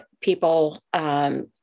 people